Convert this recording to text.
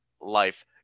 Life